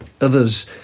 others